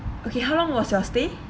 okay how long was your stay